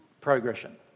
Progression